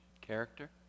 character